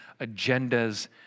agendas